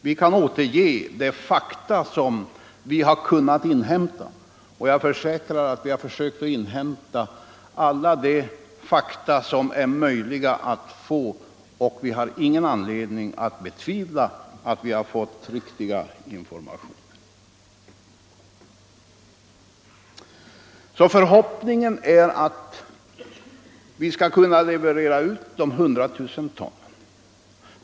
Vi kan återge de fakta som vi har kunnat inhämta, och jag försäkrar att vi har försökt inhämta alla de fakta som var möjliga att få. Vi har ingen anledning att betvivla informationernas riktighet. Förhoppningen är således att vi nu skall kunna leverera 100 000 ton.